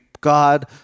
God